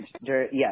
yes